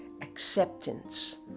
acceptance